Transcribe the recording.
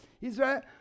Israel